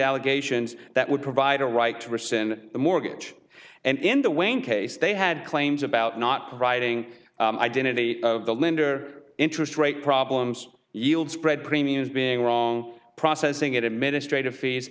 allegations that would provide a right to rescind the mortgage and in the way in case they had claims about not providing identity the lender interest rate problems yield spread premiums being wrong processing it administrative fees